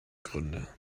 gründe